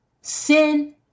sin